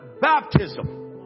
baptism